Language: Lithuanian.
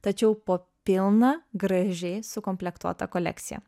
tačiau po pilną gražiai sukomplektuotą kolekciją